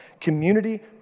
Community